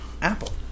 apple